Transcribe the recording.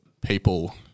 people